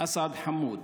אסעד חמוד